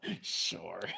Sure